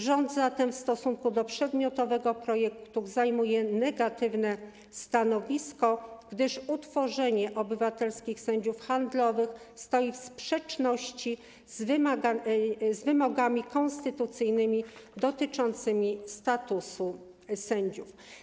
Rząd zatem w stosunku do przedmiotowego projektu zajmuje negatywne stanowisko, gdyż utworzenie instytucji obywatelskich sędziów handlowych stoi w sprzeczności z wymogami konstytucyjnymi dotyczącymi statusu sędziów.